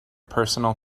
personal